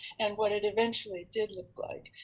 and what it eventually did look like.